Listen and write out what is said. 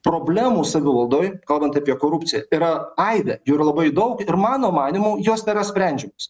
problemų savivaldoj kalbant apie korupciją yra aibė yra labai daug ir mano manymu jos nėra sprendžiamos